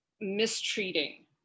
mistreating